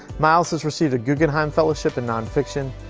myles has received a guggenheim fellowship in nonfiction,